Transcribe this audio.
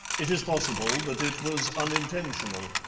it is possible that it was unintentional,